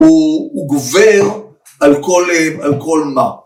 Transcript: ‫הוא גובר על כל... על כל מה.